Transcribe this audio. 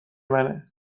منه